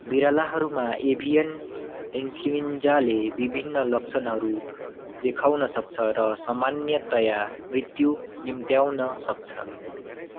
बिरालाहरूमा avian इन्फ्लुएन्जाले विभिन्न लक्षणहरू देखाउन सक्छ र सामान्यतः मृत्यु निम्त्याउन सक्छ